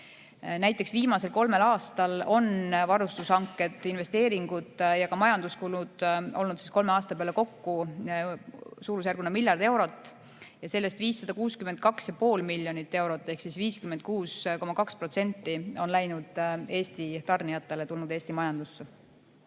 Näiteks viimasel kolmel aastal on varustushanked, investeeringud ja majanduskulud olnud kolme aasta peale kokku suurusjärguna miljard eurot ja sellest 562,5 miljonit eurot ehk 56,2% on läinud Eesti tarnijatele, tulnud Eesti majandusse. Ka